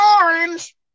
orange